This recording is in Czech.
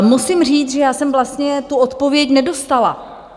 Musím říct, že já jsem vlastně tu odpověď nedostala.